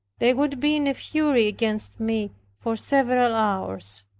they would be in a fury against me for several hours.